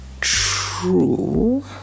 true